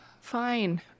Fine